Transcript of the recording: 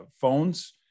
phones